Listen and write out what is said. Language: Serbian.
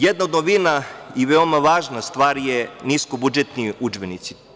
Jedna od novina i veoma važna stvar su niskobudžetni udžbenici.